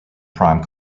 prime